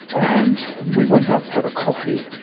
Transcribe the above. and we went out to have a coffee,